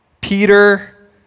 Peter